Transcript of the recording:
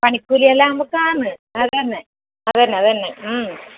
പണിക്കൂലി എല്ലാം നമുക്കാണ് അത് തന്നെ അത് തന്നെ അത് തന്നെ